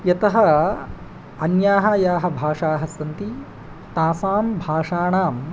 यतः अन्याः याः भाषाः सन्ति तासां भाषाणां